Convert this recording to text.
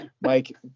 Mike